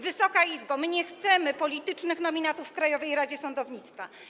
Wysoka Izbo, my nie chcemy politycznych nominatów w Krajowej Radzie Sądownictwa.